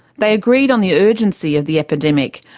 they agreed on the urgency of the epidemic,